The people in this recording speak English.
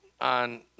on